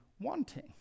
wanting